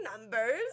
numbers